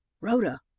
Rhoda